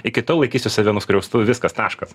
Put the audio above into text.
iki tol laikysiu save nuskriaustu viskas taškas